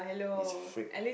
this frappe